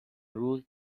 روز